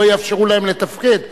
לא יאפשרו להם לתפקד,